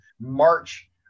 March